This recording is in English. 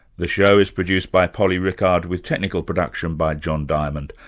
the show is produced by polly rickard, with technical production by john diamond.